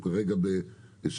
הוא כרגע בשפיר,